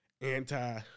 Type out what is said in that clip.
anti